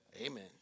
Amen